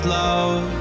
love